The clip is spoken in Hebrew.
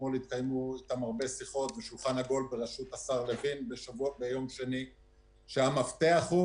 אתמול התקיימו איתם הרבה שיחות בשולחן עגול בראשות השר לוין שהמפתח הוא